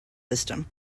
system